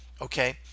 okay